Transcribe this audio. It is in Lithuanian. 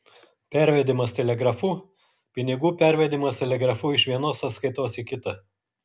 pervedimas telegrafu pinigų pervedimas telegrafu iš vienos sąskaitos į kitą